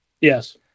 Yes